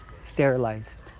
sterilized